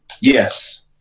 Yes